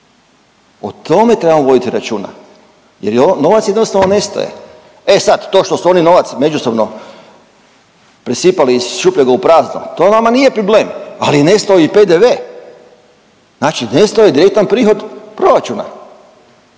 O tome trebamo voditi računa, jer novac jednostavno nestaje. E sad to što su oni novac međusobno presipali iz šupljega u prazno to vama nije problem, ali nestao je i PDV, znači nestao je direktan prihod proračuna.